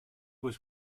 was